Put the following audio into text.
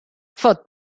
fot